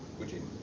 would you?